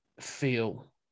feel